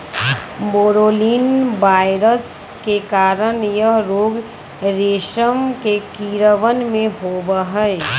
बोरोलीना virus के कारण यह रोग रेशम के कीड़वन में होबा हई